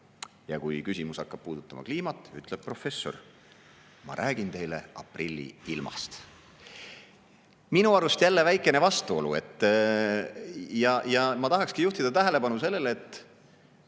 ja kui küsimus hakkab puudutama kliimat, siis ütleb professor: "Ma räägin teile aprilli ilmast." Minu arust on siin jälle väikene vastuolu. Ma tahaksin juhtida tähelepanu sellele, et